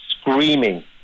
screaming